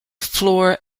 floor